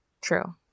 True